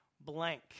blank